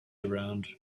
around